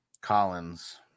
Collins